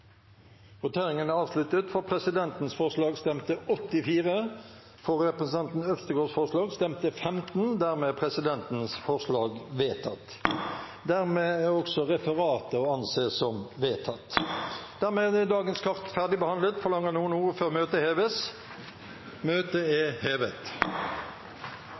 Det er ikke sett. Det blir alternativ votering mellom presidentens forslag og forslaget fra representanten Øvstegård. Dermed er dagens kart ferdigbehandlet. Forlanger noen ordet før møtet heves? – Møtet er hevet.